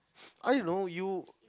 I know you